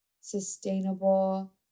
sustainable